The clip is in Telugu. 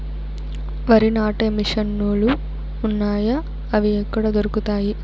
వరి నాటే మిషన్ ను లు వున్నాయా? అవి ఎక్కడ దొరుకుతాయి?